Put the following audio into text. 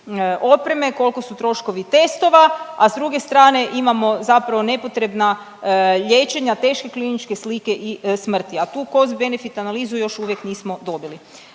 opreme, koliko su troškovi testova, a s druge strane imamo zapravo nepotrebna liječenja teške kliničke slike i smrti. A tu cost benefit analizu još uvijek nismo dobili.